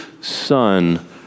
son